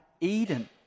Eden